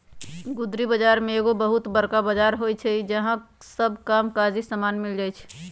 गुदरी बजार में एगो बहुत बरका बजार होइ छइ जहा सब काम काजी समान मिल जाइ छइ